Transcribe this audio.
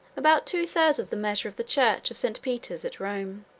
about two thirds of the measure of the church of st. peter's at rome.